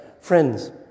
Friends